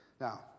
Now